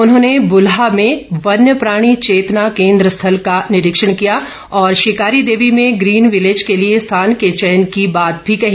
उन्होंने भुलाह में वन्य प्राणी चेतना केन्द्र स्थल का निरीक्षण किया ँऔर शिकारी देवी में ग्रीन विलेज के लिए स्थान के चयन की बात भी कही